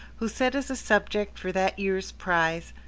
who set as a subject for that year's prize,